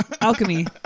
Alchemy